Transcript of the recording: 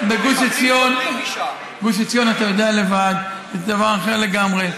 בגוש עציון אתה יודע לבד שזה דבר אחר לגמרי.